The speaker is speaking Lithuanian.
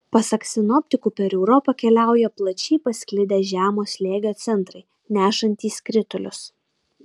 pasak sinoptikų per europą keliauja plačiai pasklidę žemo slėgio centrai nešantys kritulius